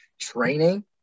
training